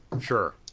Sure